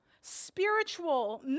spiritual